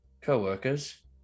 co-workers